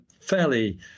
fairly